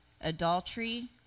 adultery